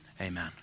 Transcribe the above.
Amen